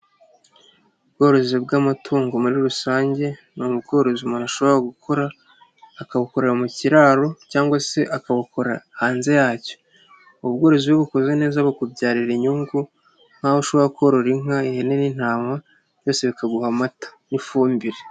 Ubworozi bw'amatungo muri rusange ni ubworozi umuntu ashobora gukora akabukorera mu kiraro cyangwa se akabukora hanze yacyo, ubworozi iyo ubukoze neza bukubyarira inyungu nkaho ushobora korora inka, ihene n'intama byose bikaguha amata n'ifumbire.